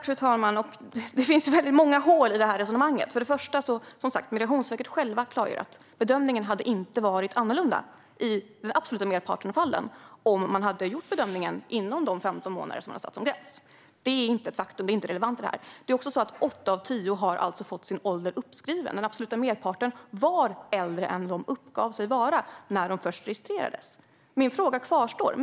Fru talman! Det finns många hål i det resonemanget. Till att börja med klargör som sagt Migrationsverket självt att i den absoluta merparten av fallen hade bedömningen inte blivit annorlunda om den hade gjorts inom de 15 månader som satts som gräns. Det är inte ett faktum. Det är inte relevant här. Det är också på det sättet att åtta av tio har fått sin ålder uppskriven. Den absoluta merparten var alltså äldre än de uppgav när de först registrerades. Min fråga kvarstår.